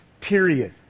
period